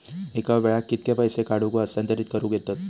एका वेळाक कित्के पैसे काढूक व हस्तांतरित करूक येतत?